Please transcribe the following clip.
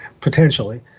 potentially